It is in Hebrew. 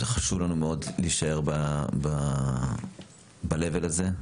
חשוב לנו מאוד להישאר בלבל הזה.